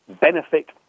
benefit